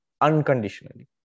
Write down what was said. unconditionally